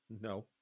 No